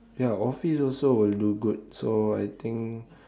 ya office also will do good so I think